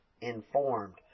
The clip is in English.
informed